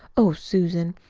oh, susan,